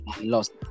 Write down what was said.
lost